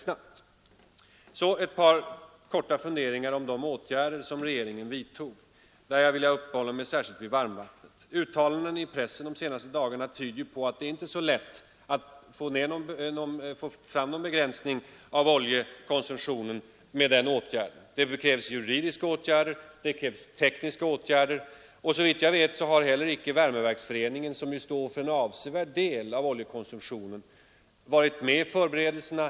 Så ett par korta funderingar om de åtgärder regeringen föreslagit. Jag vill här uppehålla mig särskilt vid varmvattnet. Uttalanden i pressen de senaste dagarna tyder på att det inte är så lätt att uppnå någon begränsning av oljekonsumtionen med denna åtgärd. Det krävs juridiska och tekniska åtgärder, och såvitt jag vet har heller icke flera av värmeproducenterna, t.ex. Värmeverksföreningen, som ju står för en avsevärd del av oljekonsumtionen, varit med i förberedelserna.